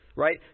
Right